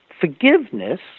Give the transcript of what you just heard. forgiveness